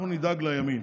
אנחנו נדאג לימין,